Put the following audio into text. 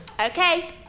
Okay